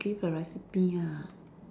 give a recipe ah